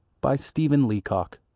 by stephen leacock,